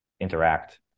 interact